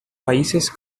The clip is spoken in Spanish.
países